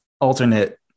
alternate